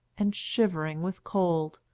and, shivering with cold,